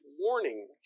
warning